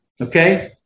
Okay